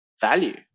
value